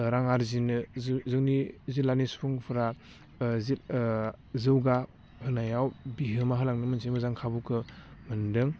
रां आरजिनो जो जोंनि जिल्लानि सुबुंफ्रा जि जौगा होनायाव बिहोमा होलांनो मोनसे मोजां खाबुखो मोन्दों